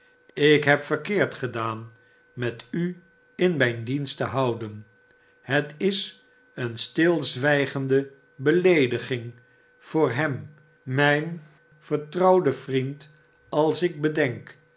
ik heb verkeerd gedaan met u in mijn dienst te houden het is eene stilzwijgende beleediging voor hem mijn vertrouwden vriend als ik bedenk